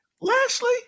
Lashley